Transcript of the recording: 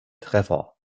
treffer